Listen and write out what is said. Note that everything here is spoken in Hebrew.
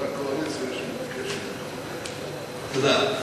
חברי הקואליציה, יש קשב, תודה.